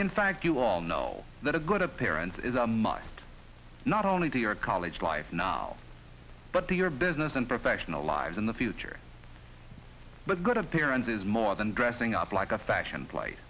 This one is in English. in fact you all know that a good appearance is a must not only to your college life now but to your business and professional lives in the future but good appearance is more than dressing up like a fashion pla